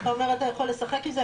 אתה אומר שאתה יכול לשחק עם זה,